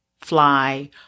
fly